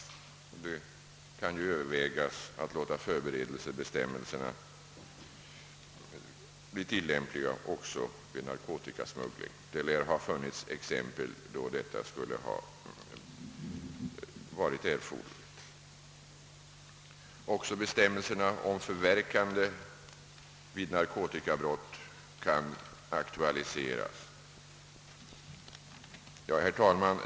Man kan ju överväga att låta förberedelsebestämmelserna bli tillämpliga också vid nar kotikasmuggling — det lär ha förekommit fall då detta skulle ha varit erforderligt. Också bestämmelserna om förverkande vid narkotikabrott kan aktualiseras. Herr talman!